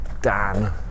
Dan